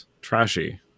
trashy